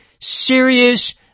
serious